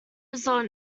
result